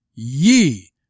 Ye